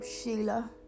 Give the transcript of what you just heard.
Sheila